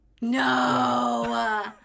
No